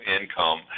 income